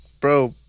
bro